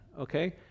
okay